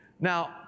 Now